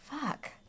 Fuck